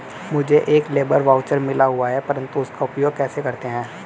मुझे एक labour voucher मिला हुआ है परंतु उसका उपयोग कैसे करते हैं?